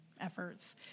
efforts